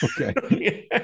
Okay